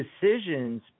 decisions